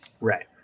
Right